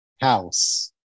House